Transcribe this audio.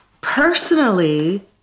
personally